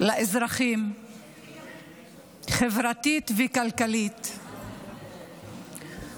אושרה בקריאה הטרומית ותעבור גם היא לוועדת